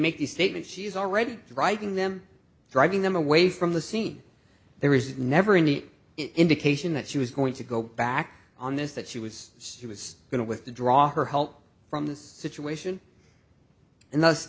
make the statement she's already writing them driving them away from the scene there is never any indication that she was going to go back on this that she was she was going to withdraw her help from the situation